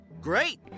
great